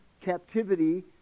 captivity